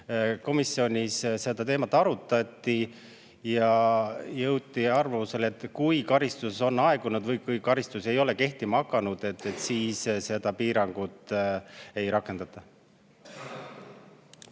Komisjonis seda teemat arutati ja jõuti arvamusele, et kui karistus on aegunud või ei ole [veel] kehtima hakanud, siis seda piirangut ei rakendata.